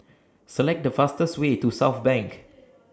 Select The fastest Way to Southbank